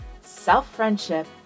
self-friendship